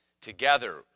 together